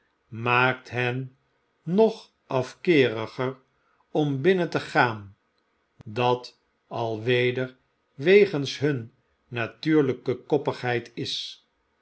maakt hen nog afkeeriger om binnen te gaan dat alweder wegens hun natuurlpe koppigheid is